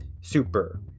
super